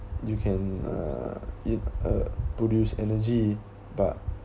you can uh it uh produce energy but